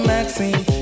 Maxine